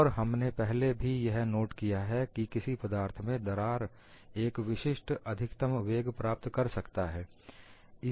और हमने पहले भी यह नोट किया है कि किसी पदार्थ में दरार एक विशिष्ट अधिकतम वेग प्राप्त कर सकता है